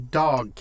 dog